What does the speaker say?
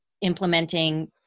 implementing